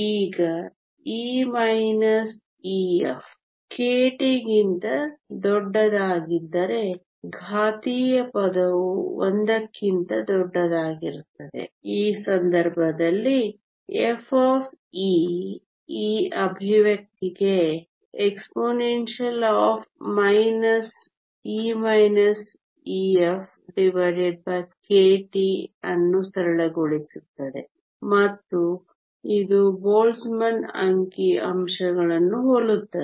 ಈಗ E Ef kT ಗಿಂತ ದೊಡ್ಡದಾಗಿದ್ದರೆ ಘಾತೀಯ ಪದವು 1 ಕ್ಕಿಂತ ದೊಡ್ಡದಾಗಿರುತ್ತದೆ ಈ ಸಂದರ್ಭದಲ್ಲಿ f ಈ ಎಕ್ಸ್ಪ್ರೆಶನ್ಗೆ exp E EfkT ಅನ್ನು ಸರಳಗೊಳಿಸುತ್ತದೆ ಮತ್ತು ಇದು ಬೋಲ್ಟ್ಜ್ಮನ್ ಅಂಕಿಅಂಶಗಳನ್ನು ಹೋಲುತ್ತದೆ